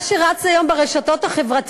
מה שרץ היום ברשתות החברתיות,